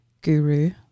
guru